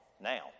now